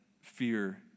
fear